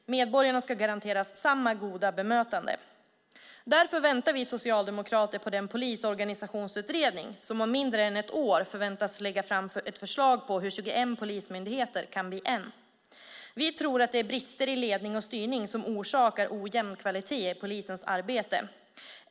Medborgarna ska garanteras samma goda bemötande. Därför väntar vi socialdemokrater på den polisorganisationsutredning som om mindre än ett år förväntas lägga fram ett förslag på hur 21 polismyndigheter kan bli 1. Vi tror att det är brister i ledning och styrning som orsakar ojämn kvalitet i polisens arbete.